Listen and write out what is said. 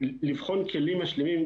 לבחון כלים משלימים.